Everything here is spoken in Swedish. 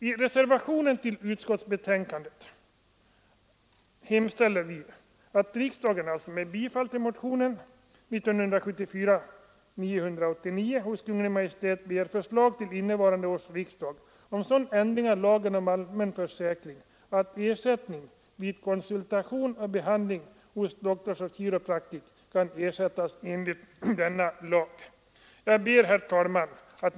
I reservationen till utskottets betänkande hemställer vi ”att riksdagen med bifall till motionen 1974:989 hos Kungl. Maj:t begär förslag till innevarande års riksdag om sådan ändring av lagen om allmän försäkring att ersättning vid konsultation och behandling hos Doctors of Chiropractic kan ersättas enligt denna lag.” Herr talman!